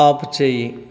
ఆపుచెయ్యి